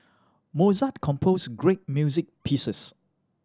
Mozart composed great music pieces